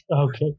Okay